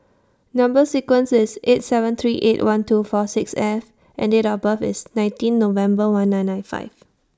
Number sequence IS S seven three eight one two four six F and Date of birth IS nineteen November one nine nine five